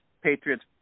Patriots